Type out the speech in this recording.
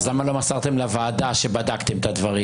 אז למה לא מסרתם לוועדה שבדקתם את הדברים